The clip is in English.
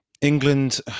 England